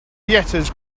theaters